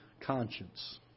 conscience